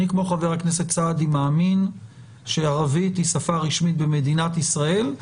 אני כמו חבר הכנסת סעדי מאמין שערבית היא שפה רשמית במדינת ישראל,